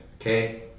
Okay